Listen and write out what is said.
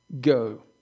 go